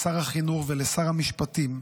לשר החינוך ולשר המשפטים,